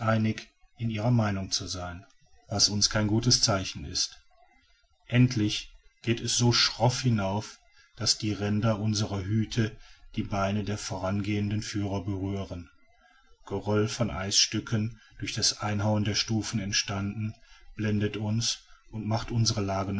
in ihren meinungen zu sein was uns kein gutes zeichen ist endlich geht es so schroff hinauf daß die ränder unserer hüte die beine der vorangehenden führer berühren geröll von eisstücken durch das einhauen der stufen entstanden blendet uns und macht unsere lage